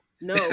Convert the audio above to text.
No